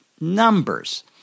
numbers